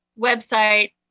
website